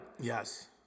Yes